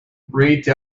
rate